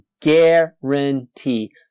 guarantee